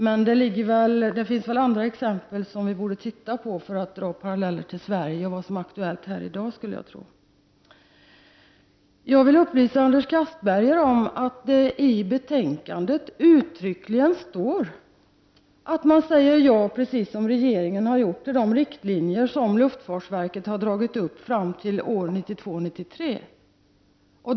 Men det finns väl andra exempel som vi borde se på för att dra paralleller till Sverige och vad som är aktuellt här i dag. Jag vill upplysa Anders Castberger om att det i betänkandet uttryckligen står att utskottet, precis som regeringen har gjort, säger ja till de riktlinjer som luftfartsverket har dragit upp fram till år 1992/93.